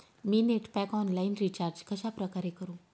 मी net pack online recharge कशाप्रकारे करु?